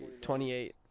28